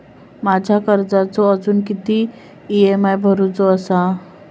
माझ्या कर्जाचो अजून किती ई.एम.आय भरूचो असा?